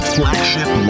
flagship